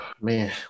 Man